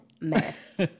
mess